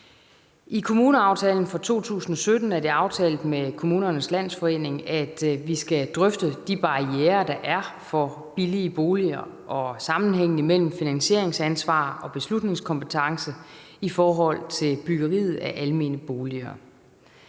I kommuneaftalen for 2017 er det aftalt med Kommunernes Landsforening, at vi skal drøfte de barrierer, der er i forbindelse med billige boliger, og sammenhængen mellem finansieringsansvar og beslutningskompetence i forhold til byggeriet af almene boliger.